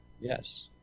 Yes